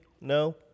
No